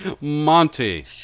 Monty